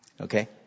Okay